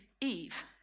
Eve